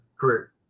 career